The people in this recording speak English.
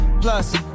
Plus